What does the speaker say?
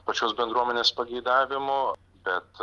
pačios bendruomenės pageidavimu bet